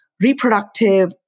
reproductive